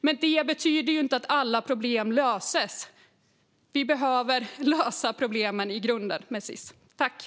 Men det betyder inte att alla problem löses. Vi behöver lösa problemen med Sis i grunden.